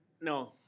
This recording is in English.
No